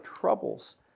troubles